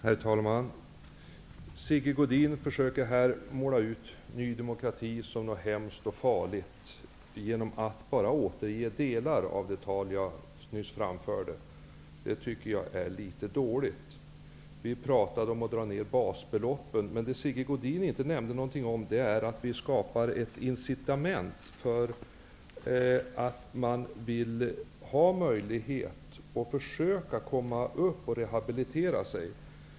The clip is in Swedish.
Herr talman! Sigge Godin försöker här utmåla Ny demokrati som något hemskt och farligt genom att återge bara delar av det tal som jag nyss framförde. Vi talade om att sänka basbeloppen, men Sigge Godin nämnde inte att vi vill skapa ett incitament för den arbetsskadade att genomgå rehabilitering.